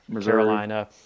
Carolina